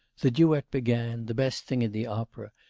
the duet began, the best thing in the opera,